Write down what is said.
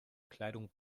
kleidung